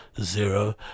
Zero